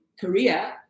Korea